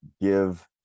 give